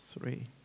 Three